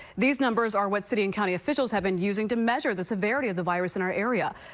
these numbers are what city and county officials have been using to measure the severity of the virus in our area.